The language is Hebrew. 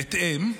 בהתאם,